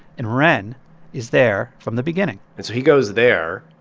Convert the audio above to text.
and ren is there from the beginning and so he goes there,